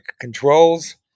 controls